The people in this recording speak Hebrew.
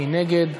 מי נגד?